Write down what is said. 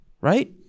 Right